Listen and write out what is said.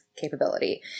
capability